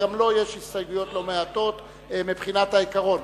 וגם לו יש הסתייגויות לא מעטות מבחינת העיקרון,